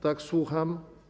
Tak, słucham?